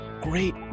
great